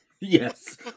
Yes